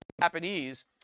Japanese